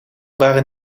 waren